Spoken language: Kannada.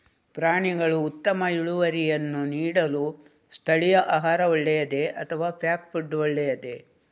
ಪ್ರಾಣಿಗಳು ಉತ್ತಮ ಇಳುವರಿಯನ್ನು ನೀಡಲು ಸ್ಥಳೀಯ ಆಹಾರ ಒಳ್ಳೆಯದೇ ಅಥವಾ ಪ್ಯಾಕ್ ಫುಡ್ ಒಳ್ಳೆಯದೇ?